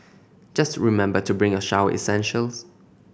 just remember to bring your shower essentials